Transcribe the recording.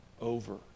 over